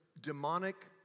demonic